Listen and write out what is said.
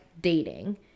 dating